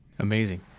Amazing